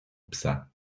psa